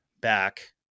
back